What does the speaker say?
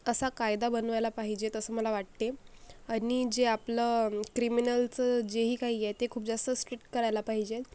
असा कायदा बनवायला पाहिजे असं मला वाटते आणि जे आपलं क्रिमिनलचं जेही काही आहे ते खूप जास्त स्ट्रिक्ट करायला पाहिजे